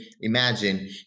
imagine